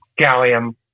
gallium